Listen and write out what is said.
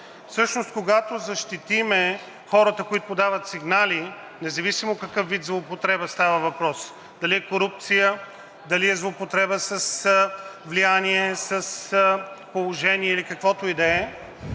Всъщност, когато защитим хората, които подават сигнали, независимо за какъв вид злоупотреба става въпрос – дали е корупцията, дали е злоупотреба с влияние, с положение или каквото и да е,